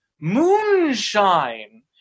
moonshine